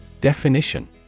Definition